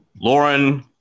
Lauren